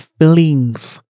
feelings